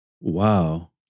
Wow